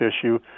issue